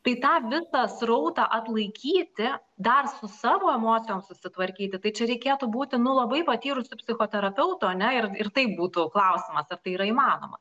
tai tą visą srautą atlaikyti dar su savo emocijom susitvarkyti tai čia reikėtų būti nu labai patyrusiu psichoterapeutu ane ir ir taip būtų klausimas ar tai yra įmanoma